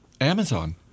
Amazon